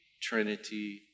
Trinity